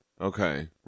Okay